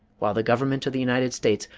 while the government of the united states,